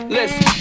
Listen